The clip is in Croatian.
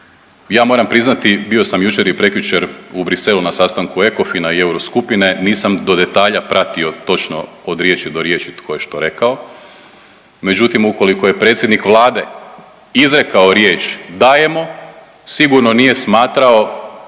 Ja moram priznati, bio sam jučer i prekjučer u Briselu na sastanku ECOFIN-a i Euroskupine, nisam do detalja pratio točno od riječi do riječi tko je što rekao, međutim ukoliko je predsjednik Vlade izrekao riječ „dajemo“ sigurno nije smatrao